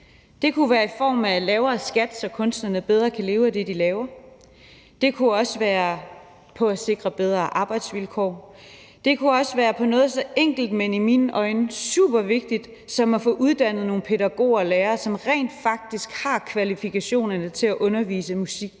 Det kunne være i form af lavere skat, så kunstnerne bedre kan leve af det, de laver. Det kunne også være på at sikre bedre arbejdsvilkår. Det kunne også være på noget så enkelt, men i mine øjne supervigtigt, som at få uddannet nogle pædagoger og lærere, som rent faktisk har kvalifikationerne til at undervise i musik